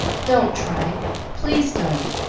don't try please don't!